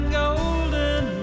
golden